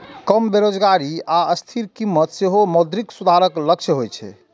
कम बेरोजगारी आ स्थिर कीमत सेहो मौद्रिक सुधारक लक्ष्य होइ छै